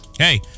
Hey